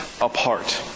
apart